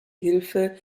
hilfe